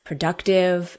Productive